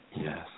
Yes